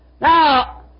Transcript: Now